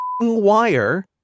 wire